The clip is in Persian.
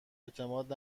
اعتماد